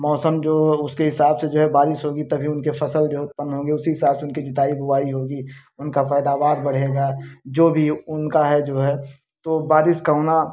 मौसम जो उसके हिसाब से जो है बारिश होगी तभी उनके फसल जो है उत्पन्न होंगी उसी हिसाब से उनकी जुताई बुआई होगी उनका पैदावार बढ़ेगा जो भी है उनका है जो है तो बारिश का होना